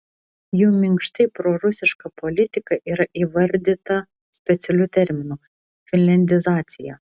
jų minkštai prorusiška politika yra įvardyta specialiu terminu finliandizacija